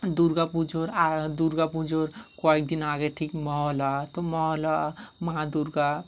দুর্গাপুজোর আ দুর্গাপুজোর কয়েকদিন আগে ঠিক মহালয়া তো মহালয়া মা দুর্গা